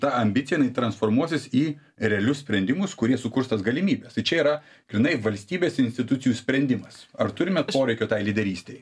ta ambicija jinai transformuosis į realius sprendimus kurie sukurs tas galimybes tai čia yra grynai valstybės institucijų sprendimas ar turime poreikio tai lyderystei